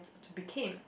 to became